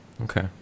Okay